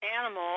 animal